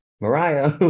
Mariah